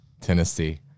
Tennessee